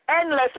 endless